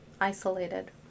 isolated